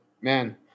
man